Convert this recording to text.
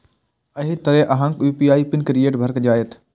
एहि तरहें अहांक यू.पी.आई पिन क्रिएट भए जाएत